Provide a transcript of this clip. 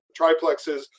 triplexes